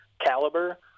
caliber